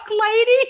lady